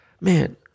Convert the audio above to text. man